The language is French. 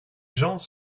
gens